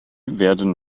werden